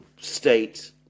state